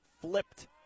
flipped